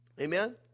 Amen